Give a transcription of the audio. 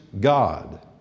God